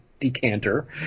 decanter